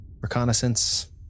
reconnaissance